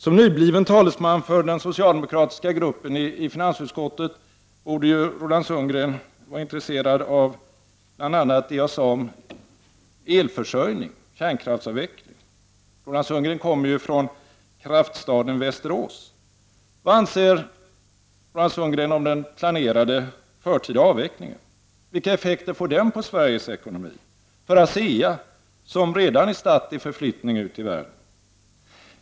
Som nybliven talesman för den socialdemokratiska gruppen i finansutskottet borde ju Roland Sundgren vara intresserad av bl.a. det jag sade om elförsörjningen, om kärnkraftsavvecklingen. Roland Sundgren kommer ju från ”kraftstaden” Västerås. Vad anser Roland Sundgren om den planerade förtida avvecklingen? Vilka effekter får den på Sveriges ekonomi, för ASEA där man redan är stadd i förflyttning ut i världen?